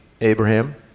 Abraham